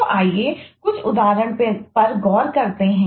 तो आइए कुछ उदाहरण पर गौर करते हैं